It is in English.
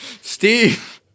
Steve